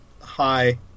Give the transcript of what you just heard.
hi